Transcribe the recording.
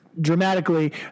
dramatically